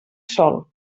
sol